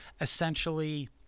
essentially